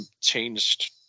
changed